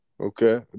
Okay